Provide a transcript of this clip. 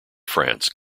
france